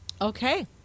Okay